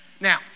Now